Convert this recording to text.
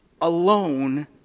Alone